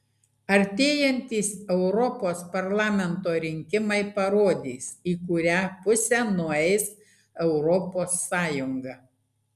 artėjantys europos parlamento rinkimai parodys į kurią pusę nueis europos sąjunga